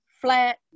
flat